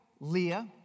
Leah